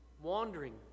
wandering